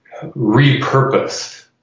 repurposed